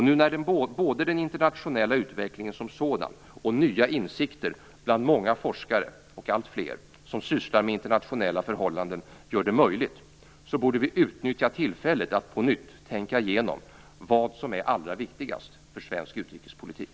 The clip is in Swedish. Nu när både den internationella utvecklingen som sådan och nya insikter bland många forskare och alltfler andra som sysslar med internationella förhållanden gör det möjligt, borde vi utnyttja tillfället att på nytt tänka igenom vad som är allra viktigast för svensk utrikespolitik.